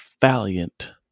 valiant